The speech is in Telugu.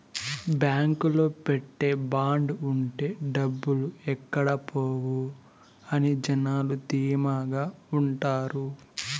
బాంకులో పెట్టే బాండ్ ఉంటే డబ్బులు ఎక్కడ పోవు అని జనాలు ధీమాగా ఉంటారు